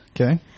okay